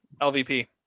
lvp